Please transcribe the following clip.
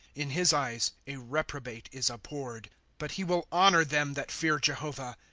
in his eyes' a reprobate is abhorred but he will honor them that fear jehovah.